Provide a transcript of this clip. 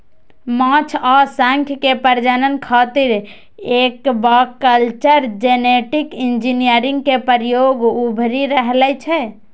माछ आ शंख के प्रजनन खातिर एक्वाकल्चर जेनेटिक इंजीनियरिंग के प्रयोग उभरि रहल छै